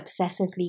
obsessively